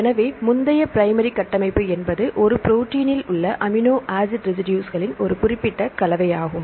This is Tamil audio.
எனவே முந்தைய பிரைமரி கட்டமைப்பு என்பது ஒரு ப்ரோடீன்னில் உள்ள அமினோ ஆசிட் ரெசிடுஸ்களின் ஒரு குறிப்பிட்ட கலவையாகும்